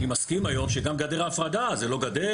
אני מסכים היום שגם גדר ההפרדה זה לא גדר